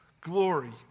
glory